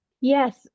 yes